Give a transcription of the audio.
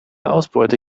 ausbeute